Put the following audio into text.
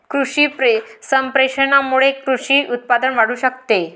कृषी संप्रेषणामुळे कृषी उत्पादन वाढू शकते